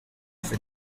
for